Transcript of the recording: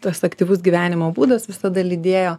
tas aktyvus gyvenimo būdas visada lydėjo